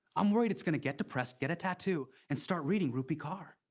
i'm worried it's gonna get depressed, get a tattoo, and start reading rupi kaur.